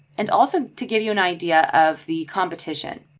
and also to give you an idea of the competition.